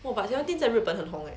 oh but seventeen 在日本很红